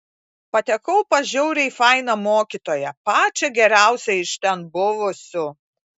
patekau pas žiauriai fainą mokytoją pačią geriausią iš ten buvusių